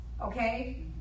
Okay